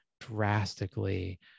drastically